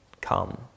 Come